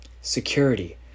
Security